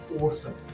awesome